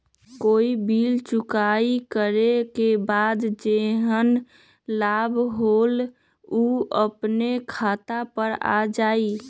कोई बिल चुकाई करे के बाद जेहन लाभ होल उ अपने खाता पर आ जाई?